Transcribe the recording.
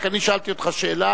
רק אני שאלתי אותך שאלה,